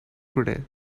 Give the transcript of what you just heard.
today